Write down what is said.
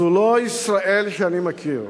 זו לא ישראל שאני מכיר.